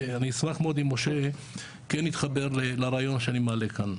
ואני אשמח מאוד אם משה כן יתחבר לרעיון שאני מעלה כאן.